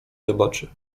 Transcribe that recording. zobaczy